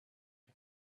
and